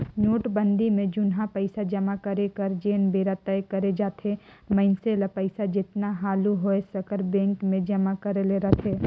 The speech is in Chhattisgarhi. नोटबंदी में जुनहा पइसा जमा करे कर जेन बेरा तय करे जाथे मइनसे ल पइसा जेतना हालु होए सकर बेंक में जमा करे ले रहथे